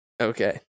Okay